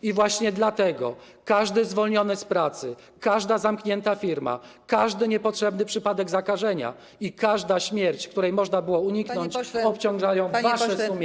I właśnie dlatego każdy zwolniony z pracy, każda zamknięta firma, każdy niepotrzebny przypadek zakażenia i każda śmierć, której można było uniknąć, obciąża wasze sumienie.